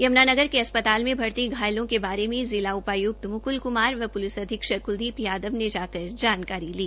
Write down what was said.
यमुनानगर के अस्पताल में भर्ती घायलों के बारे में जिला उपायुक्त मुकुल कुमार व पुलिस अधीक्षक कुलदीप यादव ने जाकर जानकारी ली